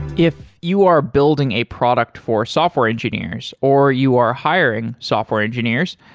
if you are building a product for software engineers, or you are hiring software engineers,